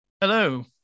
hello